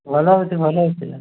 ଭଲ ହେଉଛି ଭଲ ହେଉଥିଲା